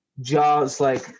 Jaws-like